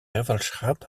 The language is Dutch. gezelschap